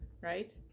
right